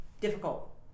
difficult